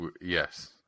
Yes